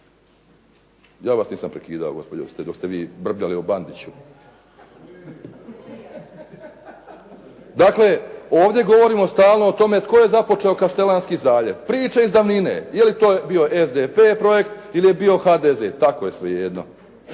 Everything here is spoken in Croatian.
Ja vas nisam prekidao gospođo dok ste vi brbljali o Bandiću. Dakle, ovdje govorimo stalno o tome tko je započeo Kaštelanski zaljev. Priče iz davnine. Je li to bio SDP-ov projekt, ili je bio HDZ-ov. Tako je svejedno.